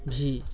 भी